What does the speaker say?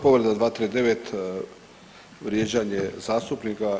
Povreda 239., vrijeđanje zastupnika.